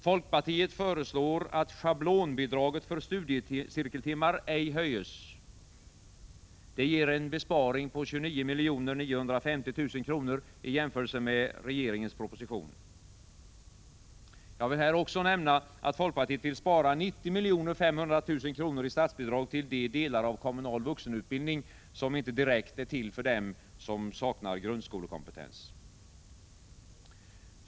Folkpartiet föreslår att schablonbidraget för studiecirkeltimmar ej höjs. Det ger en besparing på 21 950 000 kr. i jämförelse med regeringens proposition. Jag vill här också nämna att folkpartiet vill spara 90 500 000 kr. i statsbidrag till de delar av kommunal vuxenutbildning som inte direkt är till för dem som saknar grundskolekompetens.